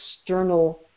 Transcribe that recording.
external